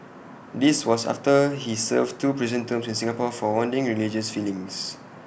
this was after he served two prison terms in Singapore for wounding religious feelings